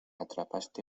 atrapaste